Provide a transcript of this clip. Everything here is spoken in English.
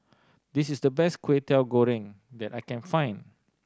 this is the best Kway Teow Goreng that I can find